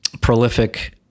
prolific